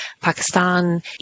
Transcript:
Pakistan